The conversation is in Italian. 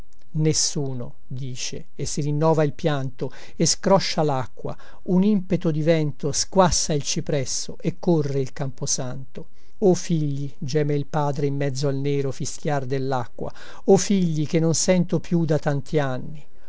nessuno dice e si rinnova il pianto e scroscia lacqua un impeto di vento squassa il cipresso e corre il camposanto o figli geme il padre in mezzo al nero fischiar dellacqua o figli che non sento più da tanti anni